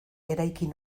eraikin